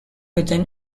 within